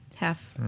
Half